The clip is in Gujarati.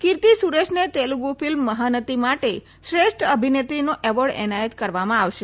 કિર્તી સુરેશને તેલુગુ ફિલ્મ મહાનતી માટે શ્રેષ્ઠ અભિનેત્રીનો એવોર્ડ એનાયત કરવામાં આવશે